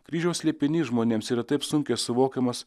kryžiaus slėpinys žmonėms yra taip sunkiai suvokiamas